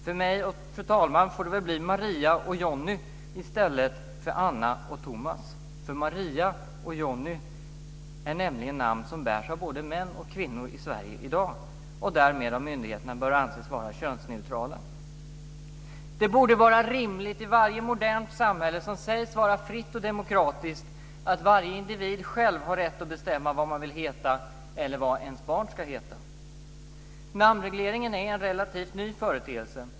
För mig och fru talman får det väl bli Maria och Johnny i stället för Anna och Tomas. Maria och Johnny är nämligen namn som bärs av både män och kvinnor i Sverige i dag och därmed av myndigheterna bör anses vara könsneutrala. Det borde vara rimligt i varje modernt samhälle som sägs vara fritt och demokratiskt att varje individ själv har rätt att bestämma vad man vill heta eller vad ens barn ska heta. Namnregleringen är en relativt ny företeelse.